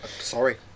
sorry